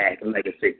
legacy